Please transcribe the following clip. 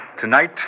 Tonight